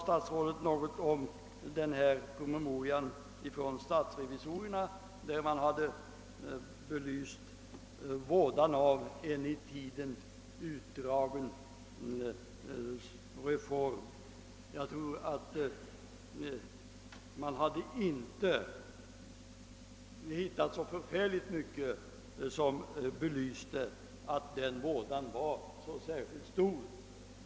Statsrådet nämnde den promemoria från statsrevisorerna där vådan av en i tiden utdragen reform belysts. Ja, jag tror inte att man hade hittat så mycket som bestyrkte att den vådan var särskilt stor.